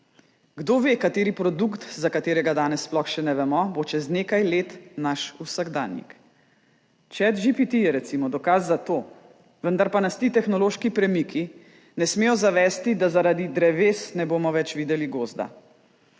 Kdo ve, kateri produkt, za katerega danes sploh še ne vemo, bo čez nekaj let naš vsakdanjik. ChatGPT je, recimo, dokaz za to. Vendar pa nas ti tehnološki premiki ne smejo zavesti, da zaradi dreves ne bomo več videli gozda.